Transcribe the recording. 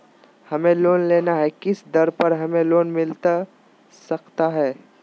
हमें लोन लेना है किस दर पर हमें लोन मिलता सकता है?